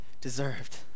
deserved